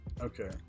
Okay